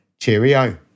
Cheerio